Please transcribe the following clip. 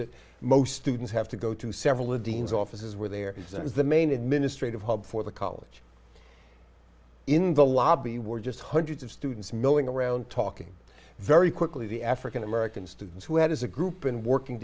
that most students have to go to several of dean's offices where there was the main administrative hub for the college in the lobby were just hundreds of students milling around talking very quickly the african american students who had as a group and working